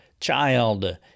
child